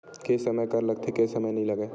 के समय कर लगथे के नइ लगय?